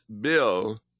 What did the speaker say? bill